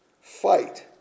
Fight